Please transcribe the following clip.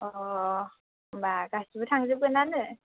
अ होमब्ला गासैबो थांजोबगोनानो